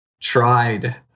tried